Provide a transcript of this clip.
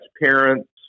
parents